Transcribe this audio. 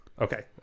okay